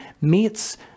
meets